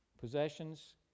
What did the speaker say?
possessions